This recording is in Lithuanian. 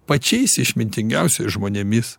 pačiais išmintingiausiais žmonėmis